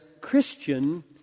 Christian